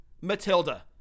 Matilda